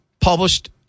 published